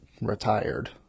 retired